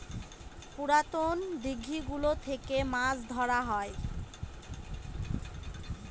পুরাতন দিঘি গুলো থেকে মাছ ধরা হয়